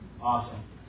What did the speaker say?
Awesome